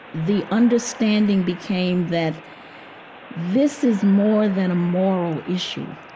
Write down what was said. the understanding became that this is more than a moral issue.